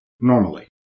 normally